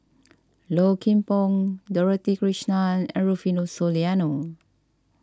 Low Kim Pong Dorothy Krishnan and Rufino Soliano